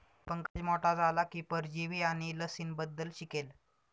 पंकज मोठा झाला की परजीवी आणि लसींबद्दल शिकेल